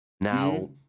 Now